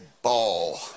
Ball